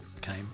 came